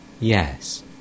Yes